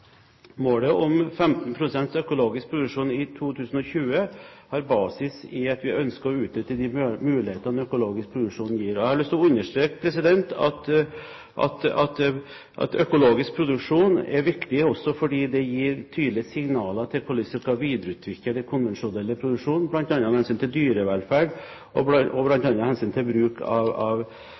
Målet om 15 pst. økologisk produksjon i 2020 har basis i at vi ønsker å utnytte de mulighetene økologisk produksjon gir. Jeg har lyst til å understreke at økologisk produksjon er viktig også fordi det gir tydelige signaler om hvordan en skal videreutvikle den konvensjonelle produksjonen, bl.a. med hensyn til dyrevelferd og